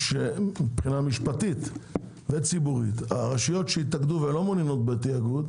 שמשפטית וציבורית הרשויות שהתאגדו ולא מעוניינות בתאגוד,